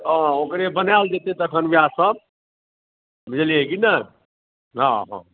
हँ ओकरे बनाएल जेतै तखन ओएह सभ बुझलियै कि ने हँ हँ